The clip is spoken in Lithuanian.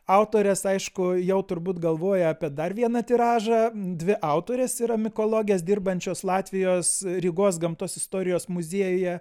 autorės aišku jau turbūt galvoja apie dar vieną tiražą dvi autorės yra mikologės dirbančios latvijos rygos gamtos istorijos muziejuje